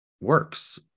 works